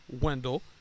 Wendell